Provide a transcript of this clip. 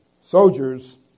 soldiers